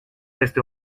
este